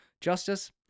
justice